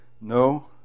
No